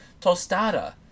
tostada